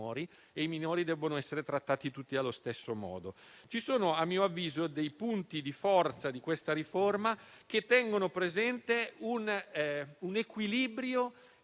e i minori devono essere trattati tutti allo stesso modo. Ci sono - a mio avviso - dei punti di forza di questa riforma che tengono presente un equilibrio